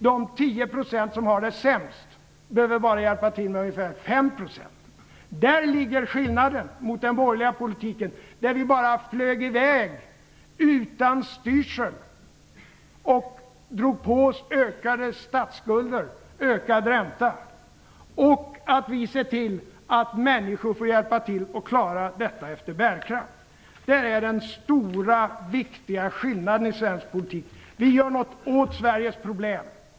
De 10 % som har det sämst behöver bara hjälpa till med ungefär 5 %. Där ligger skillnaden mot den borgerliga politiken, som innebar att ni bara flög i väg utan styrsel och drog på oss ökade statsskulder och ökad ränta medan vi ser till att människor får hjälpa till att klara av detta efter bärkraft. Det är den stora viktiga skillnaden i svensk politik. Vi gör något åt Sveriges problem.